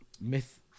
myth